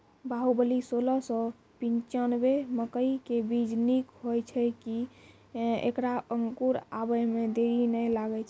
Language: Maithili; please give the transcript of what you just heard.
बाहुबली सोलह सौ पिच्छान्यबे मकई के बीज निक होई छै किये की ऐकरा अंकुर आबै मे देरी नैय लागै छै?